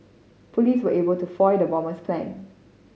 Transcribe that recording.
police were able to foil the bomber's plan